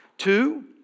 Two